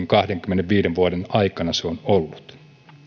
kahdenkymmenenviiden vuoden aikana se on ollut